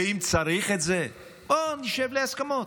ואם צריך את זה, פעם נשב להסכמות.